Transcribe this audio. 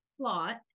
plot